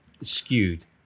skewed